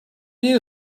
you